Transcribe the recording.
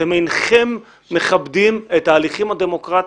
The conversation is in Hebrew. אתם אינכם מכבדים את ההליכים הדמוקרטיים.